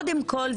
קודם כל,